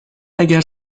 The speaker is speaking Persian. اگر